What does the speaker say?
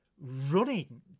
running